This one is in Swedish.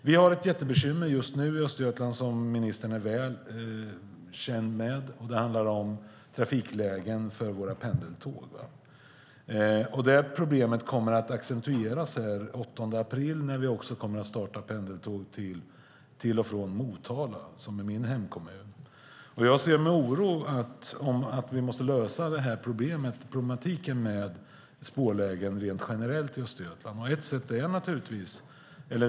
Vi har ett jättebekymmer just nu i Östergötland som ministern mycket väl känner till. Det handlar om trafiklägen för våra pendeltåg. Problemet kommer att accentueras den 8 april när vi kommer att starta pendeltåg till och från Motala - min hemkommun. Jag ser med oro på problematiken med spårvägen rent generellt i Östergötland. Vi måste lösa den.